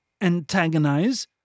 Antagonize